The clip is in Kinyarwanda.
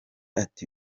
ati